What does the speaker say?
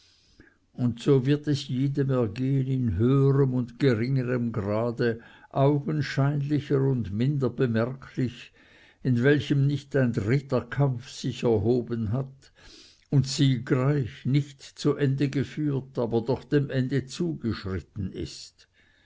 und so wird es jedem ergehen in höherem und geringerem grade augenscheinlicher und minder bemerklich in welchem nicht ein dritter kampf sich erhoben hat und siegreich nicht zu ende geführt aber doch dem ende zugeschritten ist